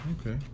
Okay